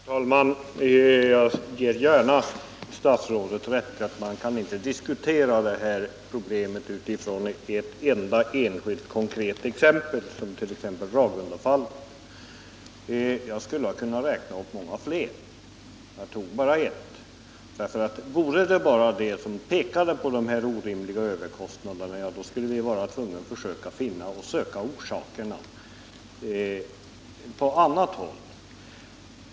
Herr talman! Jag ger gärna statsrådet rätt i att man inte kan diskutera det här problemet utifrån ett enda enskilt konkret exempel, som Ragundafallet. Jag skulle ha kunnat räkna upp många fler exempel, men jag tog bara ett. Vore det bara i det fallet man fått orimliga överkostnader skulle vi vara tvungna att söka orsakerna på annat håll.